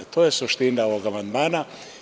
To je suština ovog amandmana.